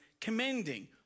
commending